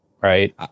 right